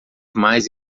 mais